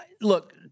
Look –